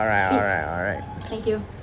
alright thank you